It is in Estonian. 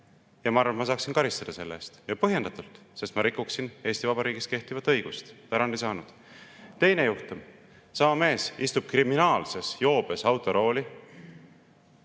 Ma arvan, et ma saaksin karistada selle eest – ja põhjendatult, sest ma rikuksin Eesti Vabariigis kehtivat õigust. Tarand ei saanud [karistada]. Teine juhtum. Sama mees istub kriminaalses joobes autorooli.